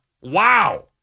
Wow